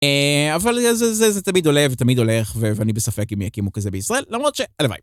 אבל זה תמיד עולה ותמיד הולך, ואני בספק אם יקימו כזה בישראל, למרות ש... הלוואי.